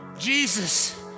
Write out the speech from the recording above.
Jesus